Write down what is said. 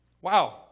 Wow